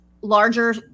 larger